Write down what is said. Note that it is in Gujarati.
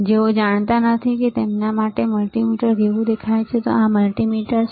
જેઓ જાણતા નથી કે તેમના માટે મલ્ટિમીટર કેવું દેખાય છે આ મલ્ટિમીટર છે